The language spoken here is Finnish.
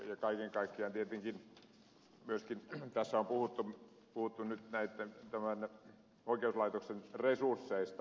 kaiken kaikkiaan tietenkin myöskin tässä on puhuttu nyt oikeuslaitoksen resursseista